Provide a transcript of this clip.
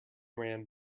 ran